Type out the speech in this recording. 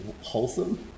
wholesome